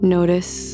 Notice